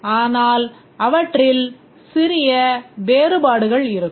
ஆனால் அவற்றில் சில சிறிய வேறுபாடுகள் இருக்கும்